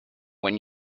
when